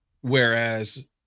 Whereas